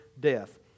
death